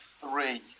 three